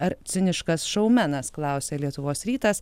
ar ciniškas šaumenas klausia lietuvos rytas